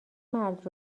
مرد